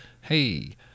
hey